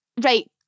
right